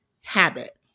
habit